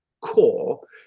core